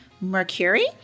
Mercury